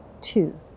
two